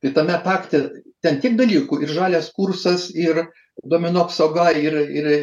tai tame pakte ten tiek dalykų ir žalias kursas ir duomenų apsauga ir ir